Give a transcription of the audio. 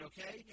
Okay